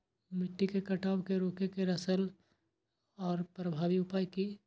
मिट्टी के कटाव के रोके के सरल आर प्रभावी उपाय की?